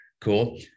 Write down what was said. Cool